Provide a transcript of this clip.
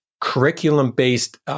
curriculum-based